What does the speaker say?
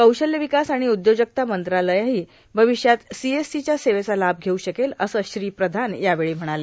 कौशल्य र्विकास र्आण उदयोजकता मंत्रालयहा र्भावष्यात सीएससीच्या सेवेचा लाभ घेऊ शकेल असं श्री प्रधान यावेळी म्हणाले